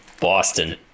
Boston